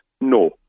No